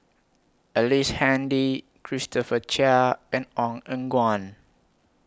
Ellice Handy Christopher Chia and Ong Eng Guan